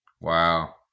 Wow